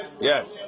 Yes